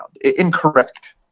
incorrect